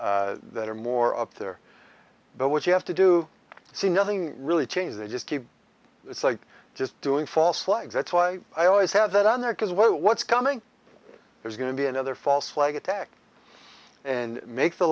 that are more up there but what you have to do see nothing really change they just keep it's like just doing false like that's why i always have that on there because what what's coming there's going to be another false flag attack and make the